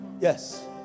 Yes